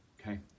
Okay